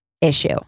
issue